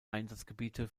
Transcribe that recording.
einsatzgebiete